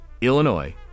Illinois